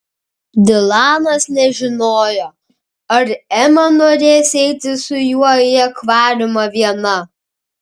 dilanas nežinojo ar ema norės eiti su juo į akvariumą viena